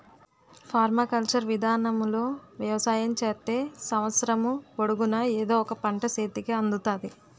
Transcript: permaculture విధానములో వ్యవసాయం చేత్తే సంవత్సరము పొడుగునా ఎదో ఒక పంట సేతికి అందుతాది